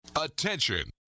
Attention